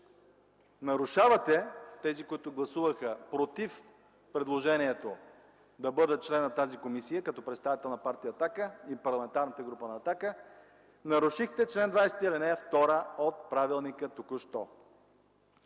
си – тези, които гласуваха „против” предложението да бъда член на тази комисия като представител на Партия „Атака” и Парламентарната група на „Атака”, нарушихте чл. 20, ал. 2 от правилника току-що.